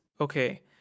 okay